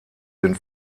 den